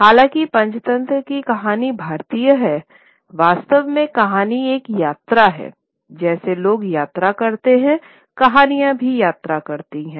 हालांकि पंचतंत्र की कहानी भारतीय हैं वास्तव में कहानी एक यात्रा है जैसे लोग यात्रा करते हैं कहानियाँ भी यात्रा करती हैं